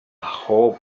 hope